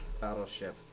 battleship